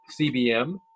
CBM